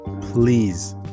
please